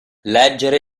leggere